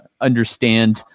understand